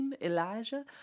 elijah